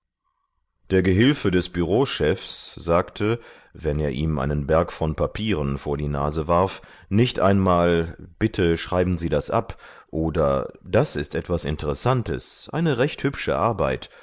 der gehilfe des bürochefs sagte wenn er ihm einen berg von papieren vor die nase warf nicht einmal bitte schreiben sie das ab oder das ist etwas interessantes eine recht hübsche arbeit